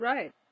Right